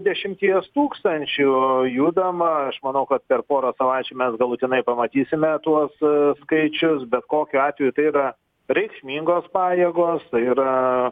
dešimties tūkstančių judama aš manau kad per porą savaičių mes galutinai pamatysime tuos skaičius bet kokiu atveju tai yra reikšmingos pajėgos tai yra